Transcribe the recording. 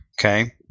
okay